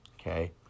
okay